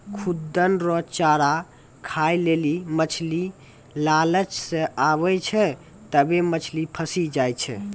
खुद्दन रो चारा खाय लेली मछली लालच से आबै छै तबै मछली फंसी जाय छै